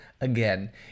again